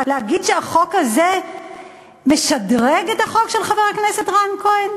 להגיד שהחוק הזה משדרג את החוק של חבר הכנסת רן כהן?